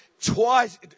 twice